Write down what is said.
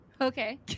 Okay